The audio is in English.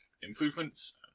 improvements